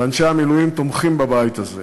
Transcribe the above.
ואנשי המילואים תומכים בבית הזה.